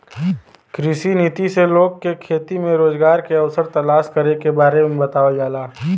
कृषि नीति से लोग के खेती में रोजगार के अवसर तलाश करे के बारे में बतावल जाला